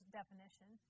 definition